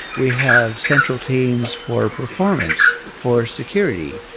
we have central teams for performance, for security.